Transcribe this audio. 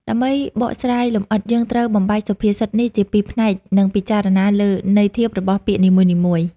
ដើម្បីបកស្រាយលម្អិត យើងត្រូវបំបែកសុភាសិតនេះជាពីរផ្នែក និងពិចារណាលើន័យធៀបរបស់ពាក្យនីមួយៗ។